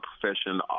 profession